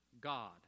God